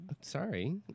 Sorry